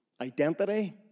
Identity